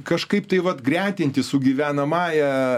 kažkaip tai vat gretinti su gyvenamąja